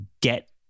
get